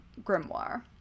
grimoire